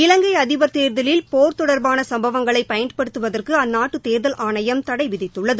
இலங்கை அதிபர் தேர்தலில் போர் தொடர்பான சம்பவங்களை பயன்படுத்துவதற்கு அந்நாட்டு தேர்தல் ஆணையம் தடை விதித்துள்ளது